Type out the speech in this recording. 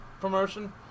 promotion